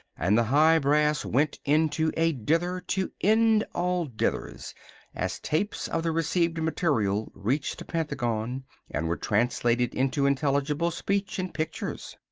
and the high brass went into a dither to end all dithers as tapes of the received material reached the pentagon and were translated into intelligible speech and pictures.